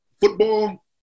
football